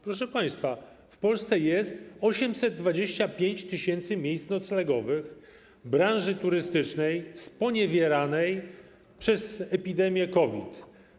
Proszę państwa, w Polsce jest 825 tys. miejsc noclegowych w branży turystycznej sponiewieranej przed epidemię COVID.